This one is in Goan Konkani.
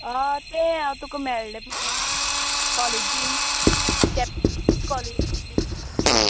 तें तुका मेळ्ळें पय कॉलेजीन चॅप कॉलेजीन